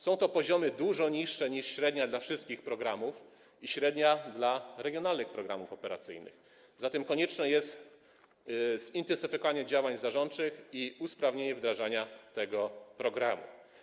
Są to poziomy dużo niższe niż średnia dotycząca wszystkich programów i średnia dotycząca regionalnych programów operacyjnych, zatem konieczne jest zintensyfikowanie działań zarządczych i usprawnienie wdrażania tego programu.